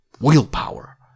willpower